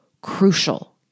crucial